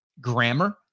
grammar